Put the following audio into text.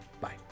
Bye